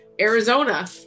Arizona